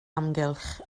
amgylch